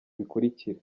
bikurikira